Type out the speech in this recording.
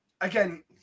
Again